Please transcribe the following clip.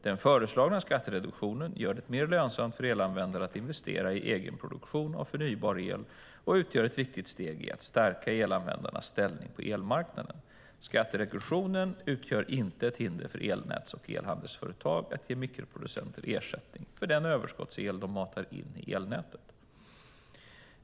Den föreslagna skattereduktionen gör det mer lönsamt för elanvändare att investera i egenproduktion av förnybar el och utgör ett viktigt steg i att stärka elanvändarnas ställning på elmarknaden. Skattereduktionen utgör inte ett hinder för elnäts och elhandelsföretag att ge mikroproducenter ersättning för den överskottsel som de matar in i elnätet.